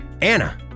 Anna